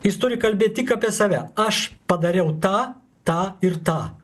jis turi kalbėt tik apie save aš padariau tą tą ir tą